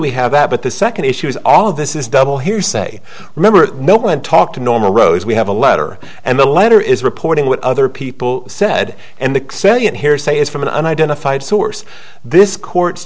we have that but the second issue is all of this is double hearsay remember no one talked normal rose we have a letter and the letter is reporting what other people said and the salient hearsay is from an unidentified source this court